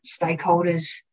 stakeholders